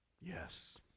yes